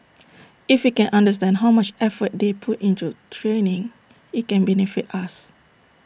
if we can understand how much effort they put into training IT can benefit us